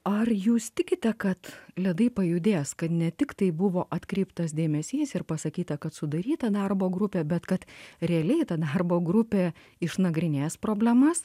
ar jūs tikite kad ledai pajudės kad ne tiktai buvo atkreiptas dėmesys ir pasakyta kad sudaryta darbo grupė bet kad realiai ta darbo grupė išnagrinės problemas